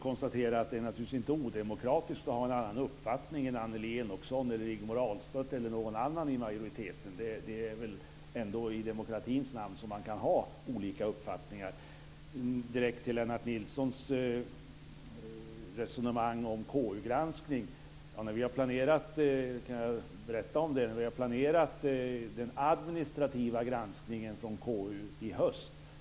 Fru talman! Det är naturligtvis inte odemokratiskt att ha en annan uppfattning än Annelie Enochson, Rigmor Stenmark eller någon annan i majoriteten. Man kan ha olika uppfattningar i demokratins namn. Lennart Nilsson för ett resonemang om KU granskning. Vi har planerat den administrativa granskningen från KU i höst.